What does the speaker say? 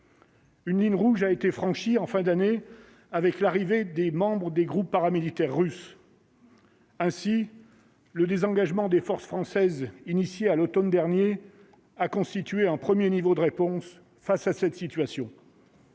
Une ligne rouge a été franchie en fin d'année, avec l'arrivée des membres des groupes paramilitaires russes. Ainsi le désengagement des forces françaises initiée à l'Automne dernier a constitué un 1er niveau de réponse face à cette situation.